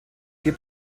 hier